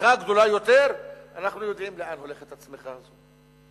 צמיחה גדולה יותר אנחנו יודעים לאן הולכת הצמיחה הזו,